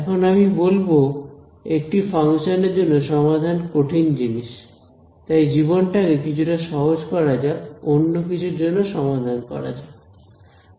এখন আমি বলব একটি ফাংশনের জন্য সমাধান কঠিন জিনিস তাই জীবনটা কে কিছুটা সহজ করা যাক অন্য কিছুর জন্য সমাধান করা যাক